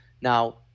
Now